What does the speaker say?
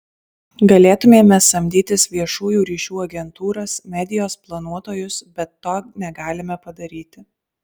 galėtumėme samdytis viešųjų ryšių agentūras medijos planuotojus bet to negalime padaryti